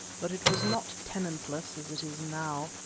but it was not tenantless as it is now,